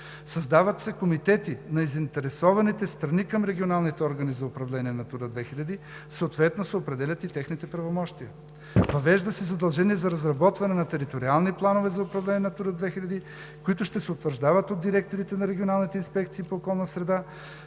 Създават се комитети на заинтересованите страни към регионалните органи за управление на „Натура 2000“, съответно се определят и техните правомощия. 5. Въвежда се задължение за разработване на териториални планове за управление на „Натура 2000“, които ще се утвърждават от директорите на регионалните инспекции по околната среда